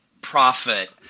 profit